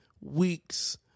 weeks